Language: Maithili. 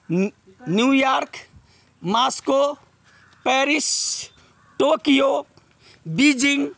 New York Moscow Paris Tokyo Beijing